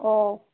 ஓ